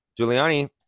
Giuliani